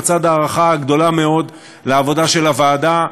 בצד ההערכה הגדולה מאוד לעבודה של הוועדה,